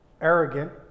arrogant